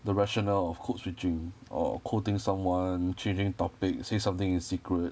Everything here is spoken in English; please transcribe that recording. the rationale of code switching or quoting someone changing topics say something in secret